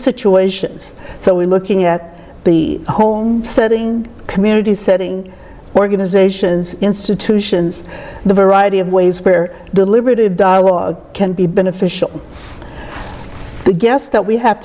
situations so we're looking at home setting community setting organizations institutions the variety of ways where deliberative dialogue can be beneficial i guess that we have